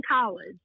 College